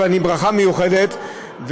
ברכה מיוחדת,